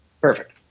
Perfect